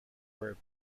were